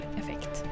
effekt